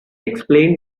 explained